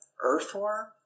earthworm